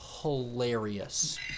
hilarious